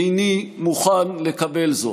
איני מוכן לקבל זאת.